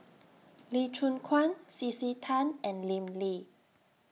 Lee Choon Guan C C Tan and Lim Lee